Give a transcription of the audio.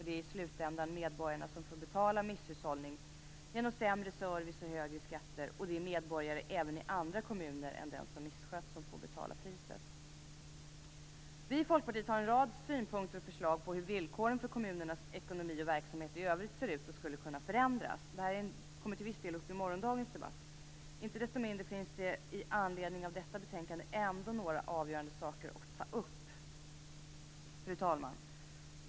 Det är i slutändan medborgarna som får betala misshushållning genom sämre service och högre skatter, medborgare även i andra kommuner än i den som misskött sig. Folkpartiet har en rad synpunkter på hur villkoren för kommunernas ekonomi och verksamhet i övrigt ser ut och förslag på hur de skulle kunna förändras. Detta kommer till viss del upp i morgondagens debatt, men inte desto mindre finns det anledning att ta upp några avgörande saker i detta betänkande. Fru talman!